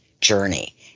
journey